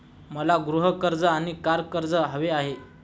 मला गृह कर्ज आणि कार कर्ज हवे आहे